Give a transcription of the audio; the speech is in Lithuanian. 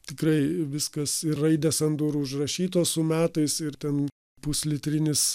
tikrai viskas ir raidės ant durų užrašytos su metais ir ten puslitrinis